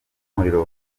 umuriro